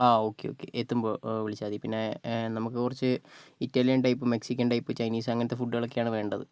ആ okay okay എത്തുമ്പോൾ വിളിച്ചാൽ മതി പിന്നെ നമുക്ക് കുറച്ച് Italian type Mexican type Chinese അങ്ങനത്തെ ഫുഡുകളൊക്കെയാണു വേണ്ടത്